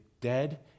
dead